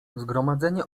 zgromadzenie